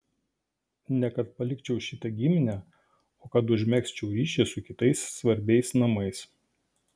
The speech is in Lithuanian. ne kad palikčiau šitą giminę o kad užmegzčiau ryšį su kitais svarbiais namais